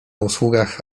usługach